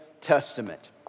Testament